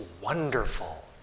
wonderful